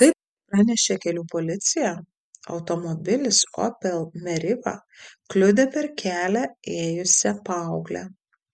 kaip pranešė kelių policija automobilis opel meriva kliudė per kelią ėjusią paauglę